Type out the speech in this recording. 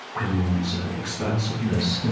in one's expansiveness,